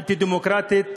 אנטי-דמוקרטית,